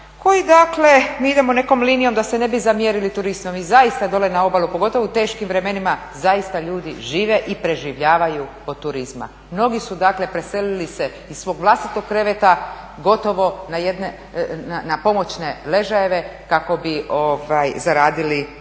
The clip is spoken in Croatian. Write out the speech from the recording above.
koji dakle, mi idemo nekom linijom da se ne bi zamjerili turistima. Mi zaista dole na obalu, pogotovo u teškim vremenima zaista ljudi žive i preživljavaju od turizma. Mnogi su dakle preselili se iz svog vlastitog kreveta gotovo na jedne, na pomoćne ležajeve kako bi zaradili nešto.